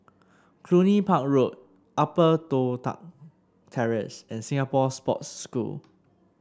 Cluny Park Road Upper Toh Tuck Terrace and Singapore Sports School